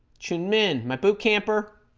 chin men my boot camper